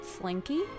Slinky